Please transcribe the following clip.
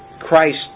Christ